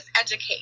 educate